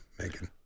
Megan